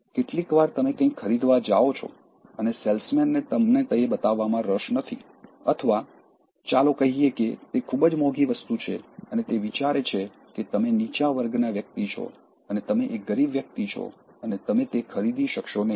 કેટલીકવાર તમે કંઈક ખરીદવા જાઓ છો અને સેલ્સમેનને તમને તે બતાવવામાં રસ નથી અથવા ચાલો કહીએ કે તે ખૂબ જ મોંઘી વસ્તુ છે અને તે વિચારે છે કે તમે નીચા વર્ગના વ્યક્તિ છો અને તમે એક ગરીબ વ્યક્તિ છો અને તમે તે ખરીદી શકશો નહીં